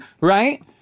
right